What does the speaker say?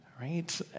right